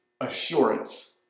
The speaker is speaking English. assurance